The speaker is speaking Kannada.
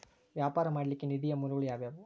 ವ್ಯಾಪಾರ ಮಾಡ್ಲಿಕ್ಕೆ ನಿಧಿಯ ಮೂಲಗಳು ಯಾವ್ಯಾವು?